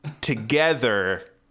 together